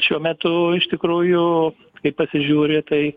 šiuo metu iš tikrųjų kai pasižiūri tai